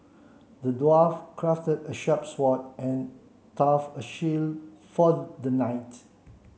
the dwarf crafted a sharp sword and a tough shield for the knight